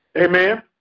Amen